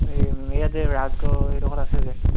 এই ইয়াতে ৰাজগড় সেইডোখৰত আছে যে